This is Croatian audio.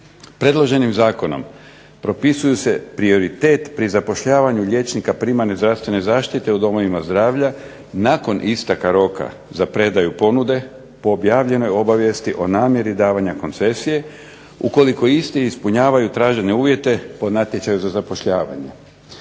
Predloženim zakonom propisuju se prioriteti pri zapošljavanju liječnika primarne zdravstvene zaštite u domovima zdravlja nakon isteka roka za predaju ponude po objavljenoj obavijesti o namjeri davanja koncesije ukoliko isti ispunjavaju tražene uvjete po natječaju za zapošljavanje.